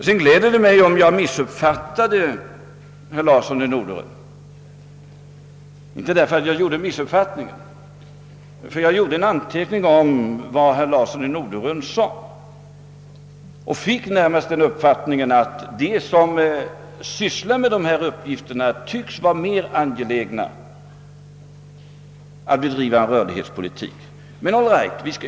Det gläder mig om jag missuppfattade ett uttalande som herr Larsson i Norderön gjorde. Det är inte missuppfattningen i och för sig som jag gläder mig åt, men jag fick närmast den uppfattningen att herr Larsson yttrade att de som sysslar med dessa uppgifter tycks vara mer angelägna att bedriva rörlighetspolitik.